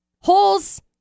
holes